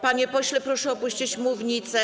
Panie pośle, proszę opuścić mównicę.